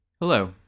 Hello